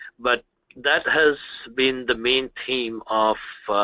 but that has been the main theme of